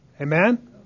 Amen